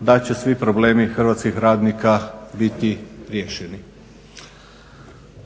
da će svi problemi hrvatskih radnika biti riješeni.